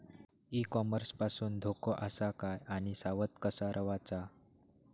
E commerce पासून धोको आसा काय आणि सावध कसा रवाचा?